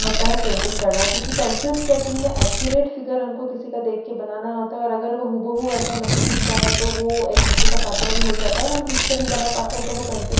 होता है पेंटिंग करना क्योंकि पेंसिल स्केचिंग में एक्यूरेट फिगर हमको किसी का देख कर बनाना होता है और अगर वो हूबहू ऐसा नहीं दिखता है तो वो एक हँसी का पात्र भी हो जाता है और हम ठीक से नहीं बना पाते हैं तो वो पेंटिंग